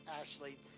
Ashley